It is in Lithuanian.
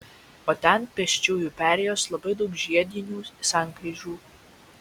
o ten pėsčiųjų perėjos labai daug žiedinių sankryžų